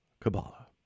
Kabbalah